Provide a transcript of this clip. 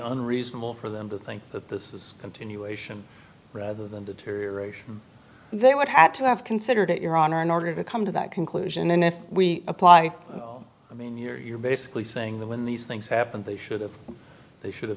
unreasonable for them to think that this is continuation rather than deterioration they would have to have considered it your honor in order to come to that conclusion and if we apply i mean you're basically saying that when these things happened they should have they should have